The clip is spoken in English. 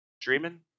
dreaming